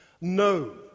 No